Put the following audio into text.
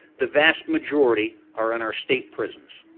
the vast majority are in our state prisons.